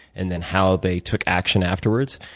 and then how they took action afterwards.